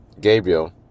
Gabriel